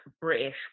British